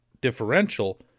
differential